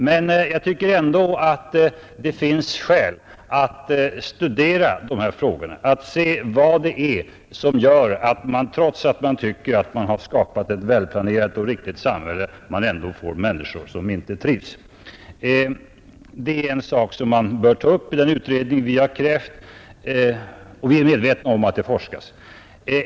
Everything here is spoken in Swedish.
Men jag tycker ändå det finns skäl att studera de här frågorna, att se vad det är som gör att människor inte trivs trots att man tycker att det har skapats ett välplanerat och riktigt samhälle. Denna sak bör tas upp i den utredning som vi har krävt, trots att vi är medvetna om att det forskas.